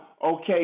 Okay